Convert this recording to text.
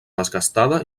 desgastada